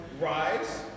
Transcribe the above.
Rise